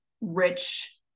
rich